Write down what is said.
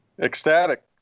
Ecstatic